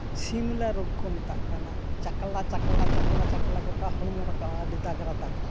ᱥᱤᱢᱞᱟ ᱨᱳᱜᱽ ᱠᱚ ᱢᱮᱛᱟᱜ ᱠᱟᱱᱟ ᱪᱟᱠᱞᱟ ᱪᱟᱠᱞᱟ ᱪᱟᱠᱞᱟ ᱪᱟᱠᱞᱟ ᱜᱚᱴᱟ ᱦᱚᱲᱢᱚ ᱨᱟᱠᱟᱵᱼᱟ ᱟᱹᱰᱤ ᱫᱟᱜᱽᱨᱟ ᱫᱟᱜᱽᱨᱟ